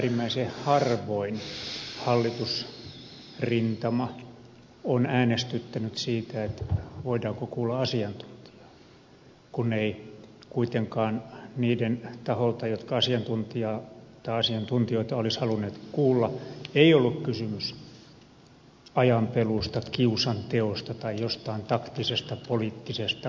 äärimmäisen harvoin hallitusrintama on äänestyttänyt siitä voidaanko kuulla asiantuntijaa kun ei kuitenkaan niiden taholta jotka asiantuntijoita olisivat halunneet kuulla ollut kysymys ajanpeluusta kiusanteosta tai jostain taktisesta poliittisesta vedosta